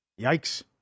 Yikes